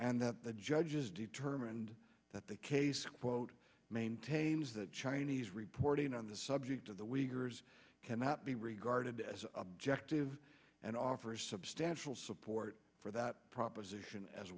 and the judges determined that the case quote maintains that china these reporting on the subject of the week cannot be regarded as objective and offers substantial support for that proposition as